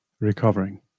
recovering